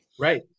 Right